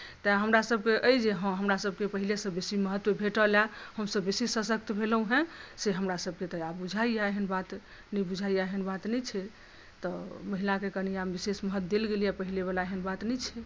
तेँ हमरासभकेँ अइ जे हँ हमरासभकेँ पहिलेसँ बेसी महत्त्व भेटल यए हमसभ बेसी सशक्त भेलहुँ हेँ से हमरासभकेँ तऽ आब बुझाइए एहन बात नहि बुझाइए एहन बात नहि छै तऽ महिलाकेँ कनी आब विशेष महत्त्व देल गेलै हेँ पहिलेवला एहन बात नहि छै